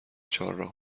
چهارراه